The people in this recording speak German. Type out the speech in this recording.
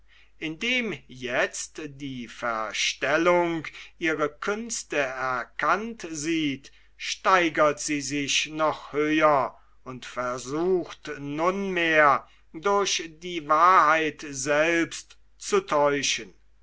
indem jetzt die verstellung ihre künste erkannt sieht steigert sie sich noch höher und versucht nunmehr durch die wahrheit selbst zu täuschen